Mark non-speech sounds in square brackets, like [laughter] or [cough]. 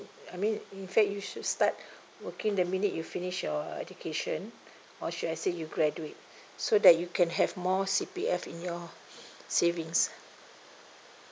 I mean in fact you should start working the minute you finish your education or should I say you graduate so that you can have more C_P_F in your [breath] savings